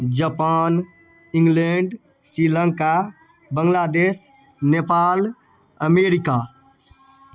Japan England Sri Lanka Bangladesh Nepal America